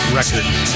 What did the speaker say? Records